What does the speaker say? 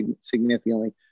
significantly